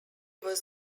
was